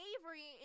Avery